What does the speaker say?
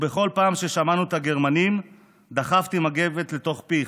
ובכל פעם ששמענו את הגרמנים דחפתי מגבת לתוך פיך.